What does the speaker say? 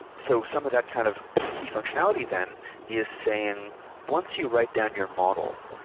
so some of that kind of key functionality then is saying once you write down your model,